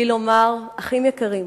מבלי לומר: אחים יקרים,